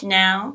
now